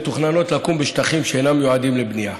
מתוכננות לקום בשטחים שאינם מיועדים לבנייה,